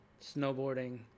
snowboarding